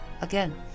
Again